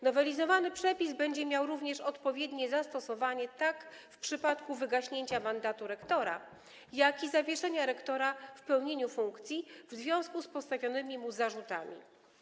Nowelizowany przepis będzie miał również odpowiednie zastosowanie tak w przypadku wygaśnięcia mandatu rektora, jak i zawieszenia rektora w pełnieniu funkcji w związku z postawionymi mu zarzutami.